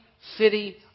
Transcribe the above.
city